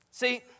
See